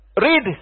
Read